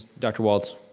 dr. walt,